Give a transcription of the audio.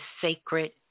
sacred